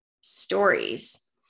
Stories